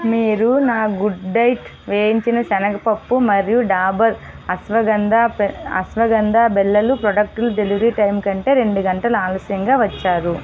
మీరు నా good diet వేయించిన శనగపప్పు మరియు డాబర్ అశ్వగాంధా బిళ్ళలు ప్రాడక్టుల డెలివరీ టైం కంటే రెండు గంటలు ఆలస్యంగా వచ్చారు